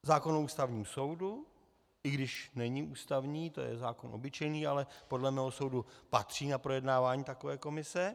Zákon o Ústavním soudu, i když není ústavní, to je zákon obyčejný, ale podle mého soudu patří na projednávání takové komise.